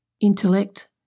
intellect